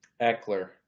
Eckler